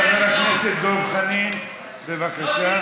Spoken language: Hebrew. חבר הכנסת דב חנין, בבקשה.